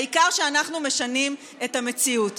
העיקר שאנחנו משנים את המציאות,